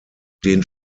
den